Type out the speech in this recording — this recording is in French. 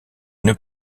une